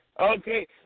okay